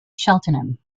cheltenham